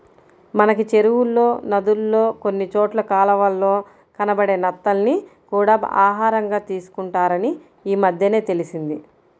మనకి చెరువుల్లో, నదుల్లో కొన్ని చోట్ల కాలవల్లో కనబడే నత్తల్ని కూడా ఆహారంగా తీసుకుంటారని ఈమద్దెనే తెలిసింది